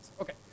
Okay